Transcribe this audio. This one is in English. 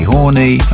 Horny